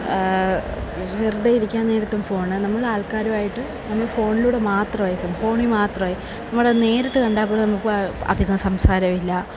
വെറുതെ ഇരിക്കാന് നേരത്തും ഫോണ് നമ്മള് ആള്ക്കാരുമായിട്ട് നമ്മള് ഫോണിലൂടെ മാത്രമായി സംസാരം ഫോണില് മാത്രമായി നമ്മള് നേരിട്ട് കണ്ടാല് പോലും നമ്മളിപ്പോള് അധികം സംസാരമില്ല